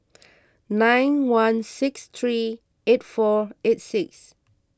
nine one six three eight four eight six